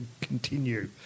continue